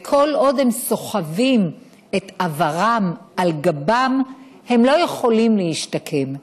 וכל עוד הם סוחבים את עברם על גבם הם לא יכולים להשתקם.